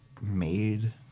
made